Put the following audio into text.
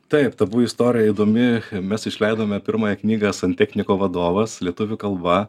taip tabu istorija įdomi mes išleidome pirmąją knygą santechniko vadovas lietuvių kalba